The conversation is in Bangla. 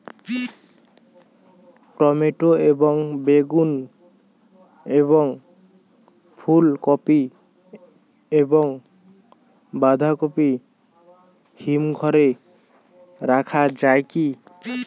টমেটো এবং বেগুন এবং ফুলকপি এবং বাঁধাকপি হিমঘরে রাখা যায় কি?